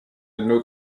new